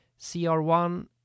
CR1